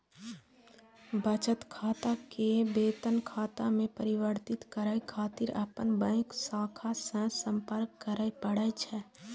बचत खाता कें वेतन खाता मे परिवर्तित करै खातिर अपन बैंक शाखा सं संपर्क करय पड़ै छै